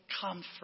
comfort